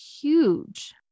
huge